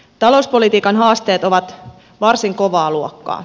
talouspolitiikan haasteet ovat varsin kovaa luokkaa